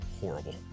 Horrible